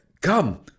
Come